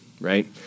right